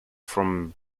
from